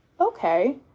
Okay